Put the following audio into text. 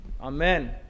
amen